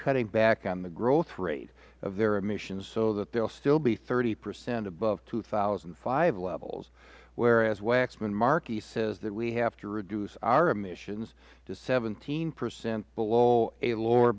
cutting back on the growth rate of their emissions so that they will be still be thirty percent above two thousand and five levels whereas waxman markey says that we have to reduce our emissions to seventeen percent below a lower